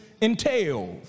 entails